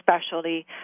specialty